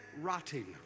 rotting